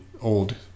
old